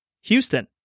Houston